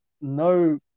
no